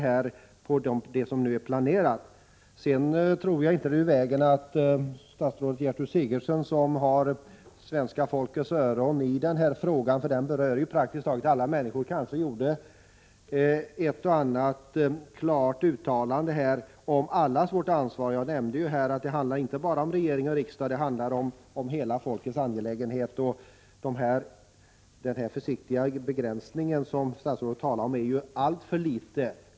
Jag tror inte att det vore i vägen om statsrådet Gertrud Sigurdsen — som har svenska folkets öra i denna fråga, eftersom den berör praktiskt taget alla människor — gjorde ett klart uttalande om allas vårt ansvar i detta sammanhang. Jag nämnde ju att det inte bara handlar om regering och riksdag, utan det handlar om hela svenska folket. Den begränsning som statsrådet talade om är alltför liten.